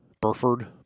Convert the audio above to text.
Burford